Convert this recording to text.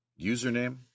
username